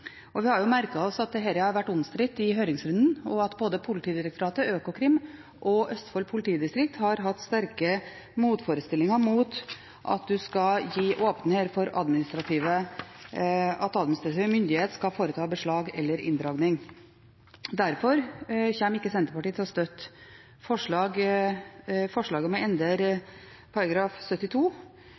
Vi har merket oss at dette har vært omstridt i høringsrunden, og at både Politidirektoratet, Økokrim og Østfold politidistrikt har hatt sterke motforestillinger mot at man her skal åpne for at administrativ myndighet skal foreta beslag eller inndragning. Derfor kommer ikke Senterpartiet til å støtte forslaget om å endre § 72.